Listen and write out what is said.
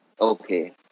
Okay